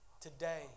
Today